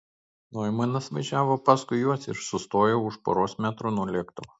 noimanas važiavo paskui juos ir sustojo už poros metrų nuo lėktuvo